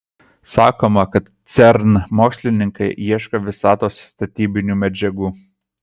sakoma kad cern mokslininkai ieško visatos statybinių medžiagų